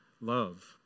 love